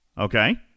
Okay